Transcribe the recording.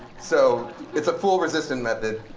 so it's a fool resistant method.